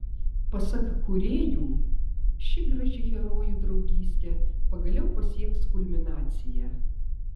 pasak kūrėjų ši graži herojų draugystė pagaliau pasieks kulminaciją